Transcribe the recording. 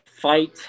fight